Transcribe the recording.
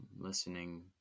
listening